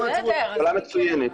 שאלה מצוינת.